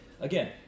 again